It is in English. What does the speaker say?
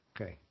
Okay